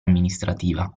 amministrativa